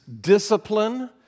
discipline